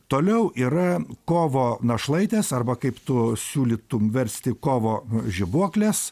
toliau yra kovo našlaitės arba kaip tu siūlytum versti kovo žibuoklės